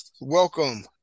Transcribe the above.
Welcome